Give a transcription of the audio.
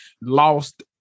lost